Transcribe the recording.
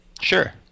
sure